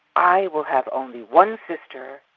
i will have only one sister,